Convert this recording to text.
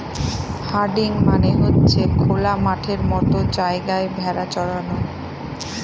herding মানে হচ্ছে খোলা মাঠের মতো জায়গায় ভেড়া চরানো